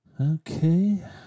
Okay